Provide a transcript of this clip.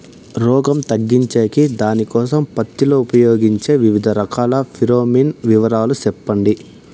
రోగం తగ్గించేకి దానికోసం పత్తి లో ఉపయోగించే వివిధ రకాల ఫిరోమిన్ వివరాలు సెప్పండి